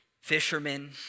fishermen